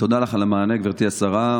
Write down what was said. תודה לך על המענה, גברתי השרה.